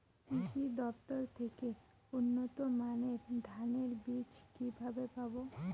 কৃষি দফতর থেকে উন্নত মানের ধানের বীজ কিভাবে পাব?